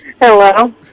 Hello